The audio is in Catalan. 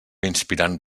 inspirant